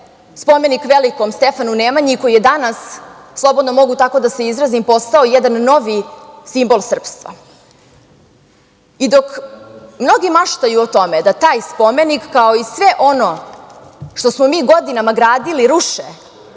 spomenik velikom Stefanu Nemanji, koji je danas, slobodno mogu tako da se izrazim, postao jedan novi simbol srpstva. Dok mnogi maštaju o tome da taj spomenik, kao i sve ono što smo mi godinama gradili ruše,